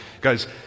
Guys